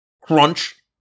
Crunch